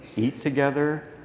eat together.